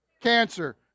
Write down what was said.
Cancer